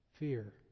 fear